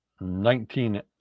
Nineteen